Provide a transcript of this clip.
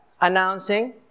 announcing